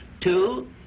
Two